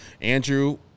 Andrew